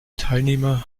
teilnehmer